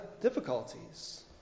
difficulties